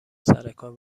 سرکار